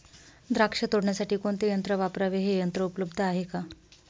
द्राक्ष तोडण्यासाठी कोणते यंत्र वापरावे? हे यंत्र उपलब्ध आहे का?